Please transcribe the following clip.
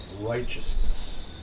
righteousness